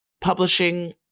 publishing